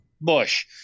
Bush